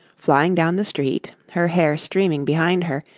flying down the street, her hair streaming behind her,